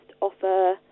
offer